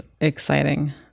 exciting